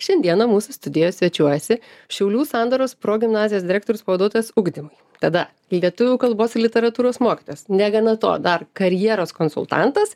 šiandieną mūsų studijoje svečiuojasi šiaulių sandoros progimnazijos direktoriaus pavaduotojas ugdymui tada lietuvių kalbos literatūros mokytojas negana to dar karjeros konsultantas